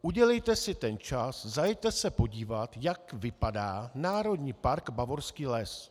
Udělejte si ten čas, zajeďte se podívat, jak vypadá Národní park Bavorský les.